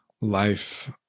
life